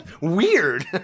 Weird